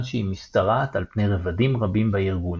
שהיא משתרעת על פני רבדים רבים בארגון,